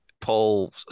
Paul